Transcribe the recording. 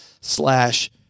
slash